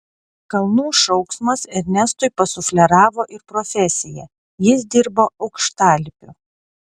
kalnų šauksmas ernestui pasufleravo ir profesiją jis dirbo aukštalipiu